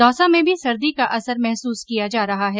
दौसा में भी सर्दी का असर महसूस किया जा रहा है